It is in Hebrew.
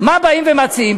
מה באים ומציעים?